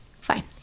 fine